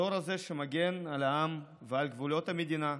הדור הזה, שמגן על העם ועל גבולות המדינה,